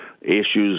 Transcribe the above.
issues